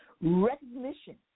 Recognition